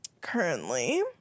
currently